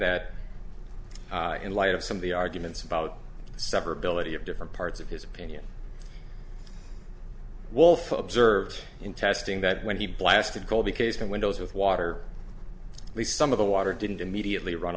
of some of the arguments about severability of different parts of his opinion wolf observed in testing that when he blasted colby casement windows with water at least some of the water didn't immediately run